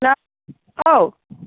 हेल' औ